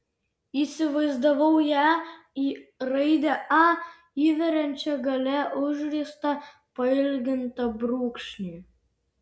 įsivaizdavau ją į raidę a įveriančią gale užriestą pailgintą brūkšnį